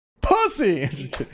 Pussy